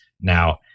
Now